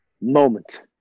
moment